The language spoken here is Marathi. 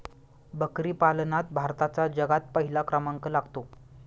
बकरी पालनात भारताचा जगात पहिला क्रमांक लागतो